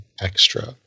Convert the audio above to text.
extra